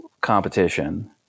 competition